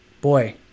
boy